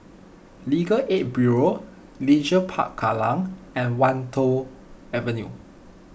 Legal Aid Bureau Leisure Park Kallang and Wan Tho Avenue